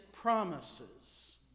Promises